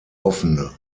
offene